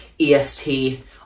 EST